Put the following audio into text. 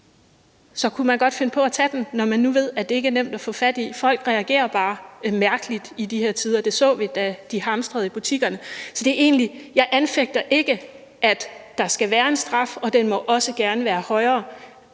kunne man godt finde på at tage den, når man nu ved, at det ikke er nemt at få fat i. Folk reagerer bare mærkeligt i de her tider. Det så vi, da de hamstrede i butikkerne. Jeg anfægter ikke, at der skal være en straf, og den må også gerne være højere.